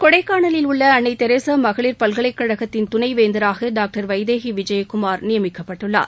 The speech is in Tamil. கொடைக்கானலில் உள்ள அன்னை தெரசா மகளிர் பல்கலைக்கழகத்தின் துணை வேந்தராக டாக்டர் வைதேகி விஜயகுமார் நியமிக்கப்பட்டுள்ளார்